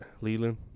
Leland